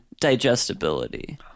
digestibility